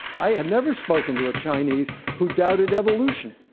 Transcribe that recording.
i have never spoken to a chinese who doubted evolution.